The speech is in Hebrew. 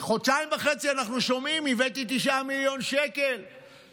חודשיים וחצי אנחנו שומעים: הבאתי 9 מיליון שקל,